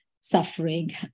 suffering